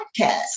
podcast